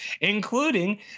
including